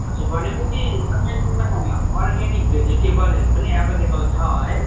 हजुर भनेपछि तपाईँकोमा अर्ग्यानिक भेजिटेबलहरू पनि एभाइलेबल छ है